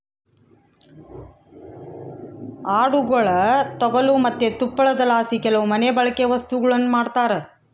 ಆಡುಗುಳ ತೊಗಲು ಮತ್ತೆ ತುಪ್ಪಳದಲಾಸಿ ಕೆಲವು ಮನೆಬಳ್ಕೆ ವಸ್ತುಗುಳ್ನ ಮಾಡ್ತರ